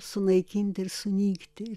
sunaikinti ir sunykti